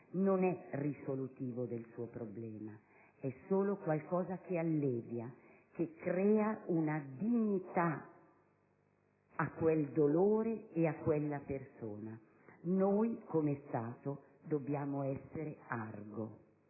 non è risolutivo del suo problema, è solo qualcosa che allevia, che dà una dignità a quel dolore e a quella persona. Noi come Stato dobbiamo essere Argo,